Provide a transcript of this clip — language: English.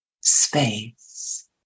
space